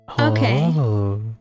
okay